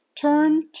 Turn